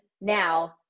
now